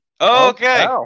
okay